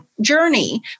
journey